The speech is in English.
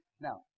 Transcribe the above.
now